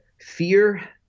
fear